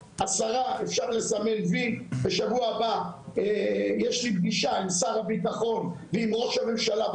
אני שמח שאתה עומד בראש הוועדה ואני בטוח שהדברים האלה יתקדמו